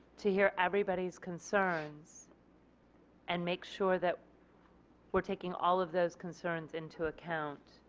to hear everybody's concerns and make sure that we are taking all of those concerns into account.